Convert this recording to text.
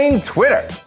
Twitter